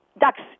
Ducks